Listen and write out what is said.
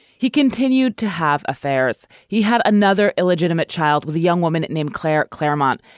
he continued to have affairs. he had another illegitimate child with a young woman named claire clairemont.